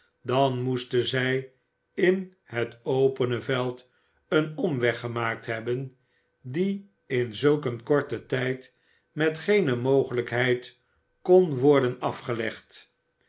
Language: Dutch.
dan moesten zij in het opene veld een omweg gemaakt hebben die in zulk een korten tijd met geene mogelijkheid kon worden afgelegd